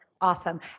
Awesome